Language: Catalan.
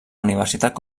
universitat